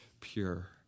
pure